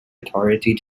authority